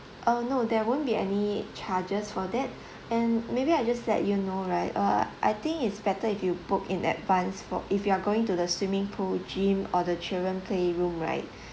oh no there won't be any charges for that and maybe I just let you know right uh I think it's better if you book in advance for if you are going to the swimming pool gym or the children play room right